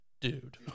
dude